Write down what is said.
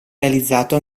realizzato